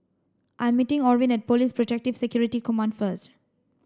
I'm meeting Orvin at Police Protective Security Command first